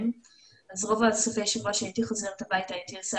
אז רוב סופי השבוע הייתי חוזרת הביתה ועושה